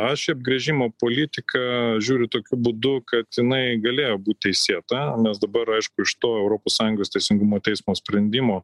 aš į apgręžimo politiką žiūriu tokiu būdu kad jinai galėjo būt teisėta nes dabar aišku iš to europos sąjungos teisingumo teismo sprendimo